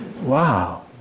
Wow